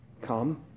come